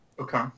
Okay